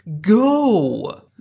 Go